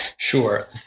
Sure